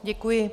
Děkuji.